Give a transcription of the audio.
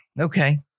Okay